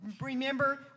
remember